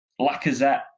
Lacazette